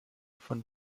von